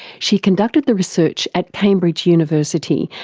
she conducted the research at cambridge university,